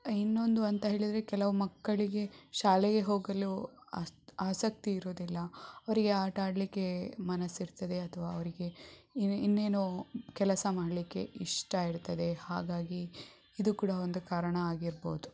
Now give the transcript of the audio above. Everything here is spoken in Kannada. ಇನ್ನೊಂದು ಅಂತ ಹೇಳಿದರೆ ಕೆಲವು ಮಕ್ಕಳಿಗೆ ಶಾಲೆಗೆ ಹೋಗಲು ಅ ಆಸಕ್ತಿ ಇರೋದಿಲ್ಲ ಅವರಿಗೆ ಆಟ ಆಡಲಿಕ್ಕೆ ಮನಸ್ಸಿರ್ತದೆ ಅಥವಾ ಅವರಿಗೆ ಇನ್ನೇನೋ ಕೆಲಸ ಮಾಡಲಿಕ್ಕೆ ಇಷ್ಟ ಇರ್ತದೆ ಹಾಗಾಗಿ ಇದು ಕೂಡ ಒಂದು ಕಾರಣ ಆಗಿರಬಹುದು